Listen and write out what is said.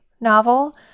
novel